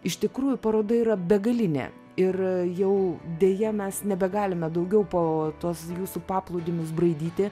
iš tikrųjų paroda yra begalinė ir jau deja mes nebegalime daugiau po tuos jūsų paplūdimius braidyti